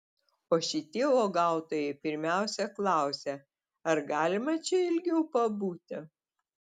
o šitie uogautojai pirmiausia klausia ar galima čia ilgiau pabūti